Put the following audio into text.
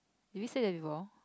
did we say that before